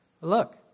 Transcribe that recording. Look